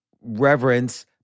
reverence